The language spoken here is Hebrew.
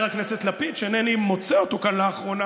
חבר הכנסת לפיד, שאינני מוצא אותו כאן לאחרונה.